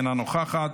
אינה נוכחת,